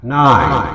nine